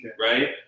right